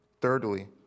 Thirdly